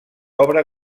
obra